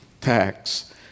tax